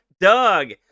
Doug